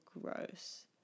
gross